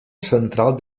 central